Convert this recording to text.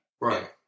Right